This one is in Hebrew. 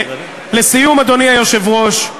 לסיום, אדוני היושב-ראש,